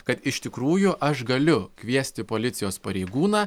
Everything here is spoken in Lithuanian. kad iš tikrųjų aš galiu kviesti policijos pareigūną